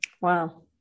Wow